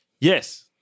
Yes